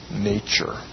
nature